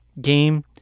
game